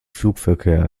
flugverkehr